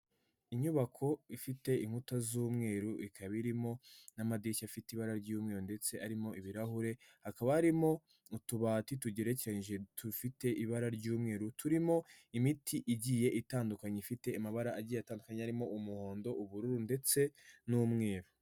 Inyubako ifite inkuta z'umweru ikaba irimo n'amadirishya afite ibara ry'umweru ndetse arimo ibirahure, hakaba harimo utubati tugerekeranyije dufite ibara ry'umweru, turimo imiti igiye itandukanye ifite amabara agiye atandukanye arimo umuhondo, ubururu, ndetse n'umweru.